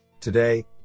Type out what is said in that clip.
Today